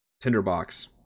tinderbox